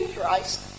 Christ